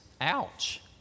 ouch